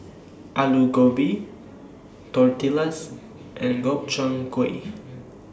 Alu Gobi Tortillas and Gobchang Gui